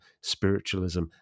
spiritualism